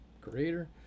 creator